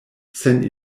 sen